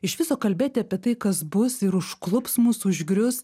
iš viso kalbėti apie tai kas bus ir užklups mus užgrius